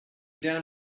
down